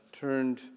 turned